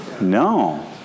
No